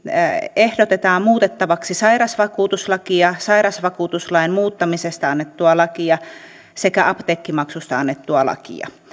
ehdotetaan muutettavaksi sairausvakuutuslakia sairausvakuutuslain muuttamisesta annettua lakia sekä apteekkimaksusta annettua lakia